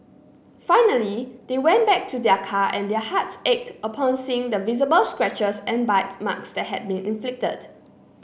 finally they went back to their car and their hearts ached upon seeing the visible scratches and bite marks that had been inflicted